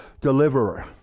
deliverer